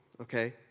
okay